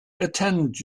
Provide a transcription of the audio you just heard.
attend